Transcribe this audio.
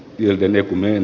ylen ykkönen